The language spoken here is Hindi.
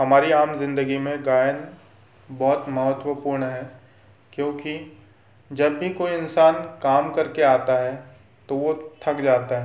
हमारी आम जिंदगी में गायन बहुत महत्वपूर्ण है क्योंकि जब भी कोई इंसान काम करके आता है तो वो थक जाता है